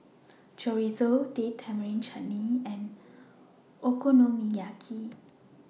Chorizo Date Tamarind Chutney and Okonomiyaki